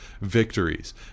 victories